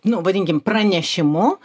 nu vadinkim pranešimu